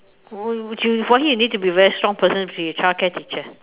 would would you for you need to be very strong to be a childcare teacher